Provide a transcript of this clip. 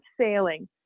sailing